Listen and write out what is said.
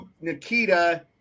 Nikita